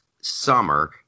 summer